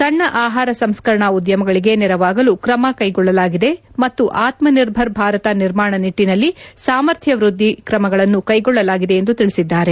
ಸಣ್ಣ ಆಹಾರ ಸಂಸ್ಕರಣಾ ಉದ್ಯಮಗಳಿಗೆ ನೆರವಾಗಲು ಕ್ಷೆಗೊಳ್ಳಲಾಗಿದೆ ಮತ್ತು ಆತ್ಸಿರ್ಭರ್ ಭಾರತ ನಿರ್ಮಾಣ ನಿಟ್ಲನಲ್ಲಿ ಸಾಮರ್ಥ್ಯವಲ್ಲಿ ತ್ರಮಗಳನ್ನು ಕೈಗೊಳ್ಳಲಾಗಿದೆ ಎಂದು ತಿಳಿಸಿದ್ದಾರೆ